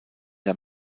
der